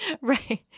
right